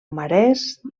marès